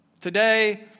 Today